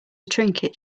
trinket